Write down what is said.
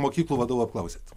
mokyklų vadovų apklausėt